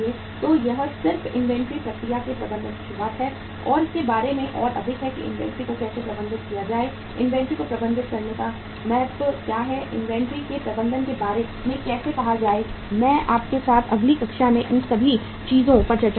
तो यह सिर्फ इन्वेंट्री प्रक्रिया के प्रबंधन की शुरुआत है और इसके बारे में और अधिक है कि इन्वेंट्री को कैसे प्रबंधित किया जाए इन्वेंट्री को प्रबंधित करने का महत्व क्या है इन्वेंट्री के प्रबंधन के बारे में कैसे कहा जाए मैं आपके साथ अगली कक्षा में इन सभी चीजों पर चर्चा करूंगा